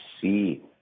see